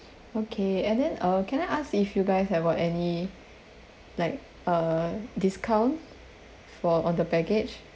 okay and then uh can I ask you if you guys have a any like uh discount for on the package